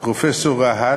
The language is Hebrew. ולפרופסור רהט,